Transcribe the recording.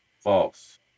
False